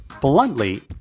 bluntly